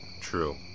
True